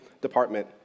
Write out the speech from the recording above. department